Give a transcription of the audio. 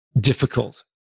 difficult